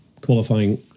qualifying